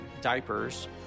diapers